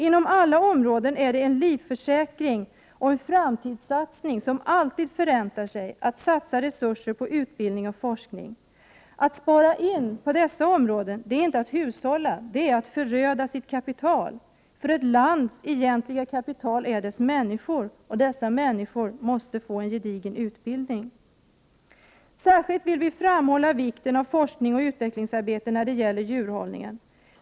Inom alla områden är det en livförsäkring och en framtidssatsning som alltid förräntar sig att satsa resurser på utbildning och forskning. Att spara in på dessa områden är inte att hushålla, det är att föröda sitt kapital. Ett lands egentliga kapital är ju dess människor. Dessa människor måste få en gedigen utbildning. Särskilt vill vi framhålla vikten av forskning och utvecklingsarbete när det gäller djurhållningen.